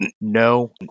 no